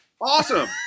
Awesome